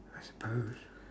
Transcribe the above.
I suppose